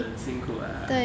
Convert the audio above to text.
很辛苦啊